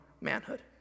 manhood